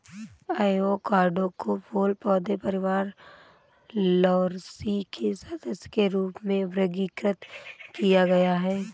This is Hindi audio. एवोकाडो को फूल पौधे परिवार लौरासी के सदस्य के रूप में वर्गीकृत किया गया है